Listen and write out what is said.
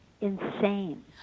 insane